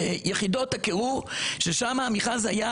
ביחידות הקירור ששם המכרז היה